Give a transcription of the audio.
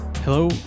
Hello